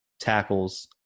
tackles